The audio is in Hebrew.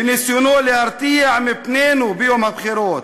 בניסיונו להרתיע מפנינו ביום הבחירות.